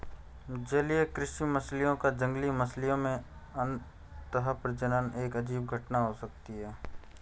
जलीय कृषि मछलियों का जंगली मछलियों में अंतःप्रजनन एक अजीब घटना हो सकती है